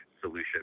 solution